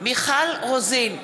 מיכל רוזין,